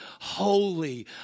holy